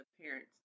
parents